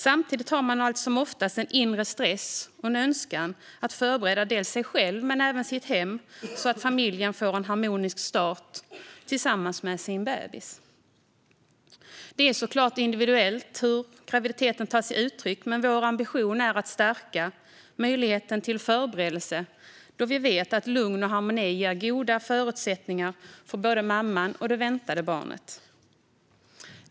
Samtidigt har man allt som oftast en inre stress och en önskan att förbereda dels sig själv, dels sitt hem så att familjen får en harmonisk start tillsammans med sin bebis. Det är såklart individuellt hur graviditeten tar sig uttryck. Men vår ambition är att stärka möjligheten till förberedelse, då vi vet att lugn och harmoni ger goda förutsättningar för både mamman och det väntade barnet.